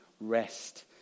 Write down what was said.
rest